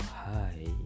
hi